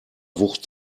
wucht